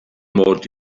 mod